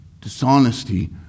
dishonesty